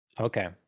Okay